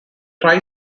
tri